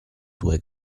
due